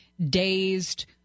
dazed